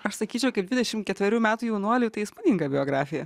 aš sakyčiau kaip dvidešim ketverių metų jaunuoliui tai įspūdinga biografija